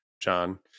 John